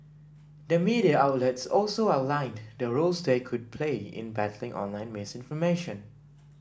the media outlets also outlined the roles they could play in battling online misinformation